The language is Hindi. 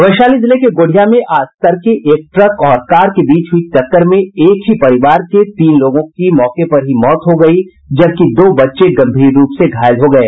वैशाली जिले के गोढ़िया में आज तड़के एक ट्रक और कार के बीच हुई टक्कर में एकही परिवार के तीन लोगों की मौके पर ही मौत हो गयी जबकि दो बच्चे गम्भीर रूप से घायल हो गये